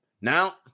Now